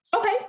Okay